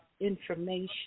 information